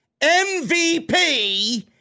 MVP